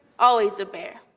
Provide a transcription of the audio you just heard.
always a bear.